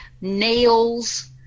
nails